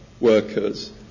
workers